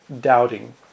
doubting